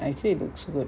actually it looks good